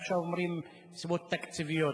עכשיו אומרים: מסיבות תקציביות.